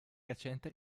recente